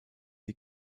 die